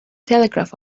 telegraph